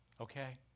okay